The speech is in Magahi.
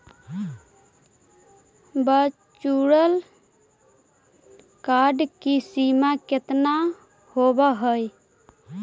वर्चुअल कार्ड की सीमा केतना होवअ हई